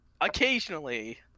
occasionally